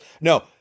No